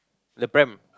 the pram